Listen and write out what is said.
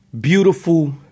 beautiful